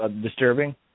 disturbing